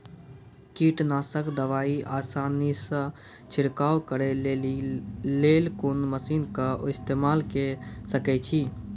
कीटनासक दवाई आसानीसॅ छिड़काव करै लेली लेल कून मसीनऽक इस्तेमाल के सकै छी?